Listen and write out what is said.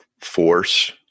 force